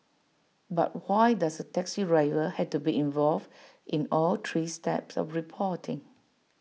but why does the taxi driver have to be involved in all three steps of reporting